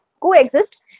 coexist